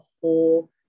whole